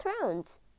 thrones